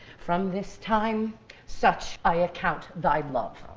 from this time such i account thy love.